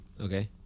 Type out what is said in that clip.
Okay